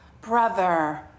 brother